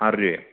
ആറ് രൂപയോ